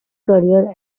career